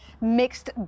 mixed